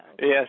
yes